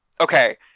okay